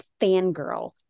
fangirl